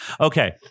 Okay